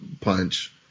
punch